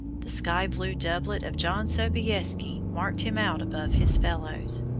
the sky-blue doublet of john sobieski marked him out above his fellows,